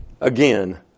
again